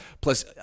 plus